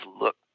look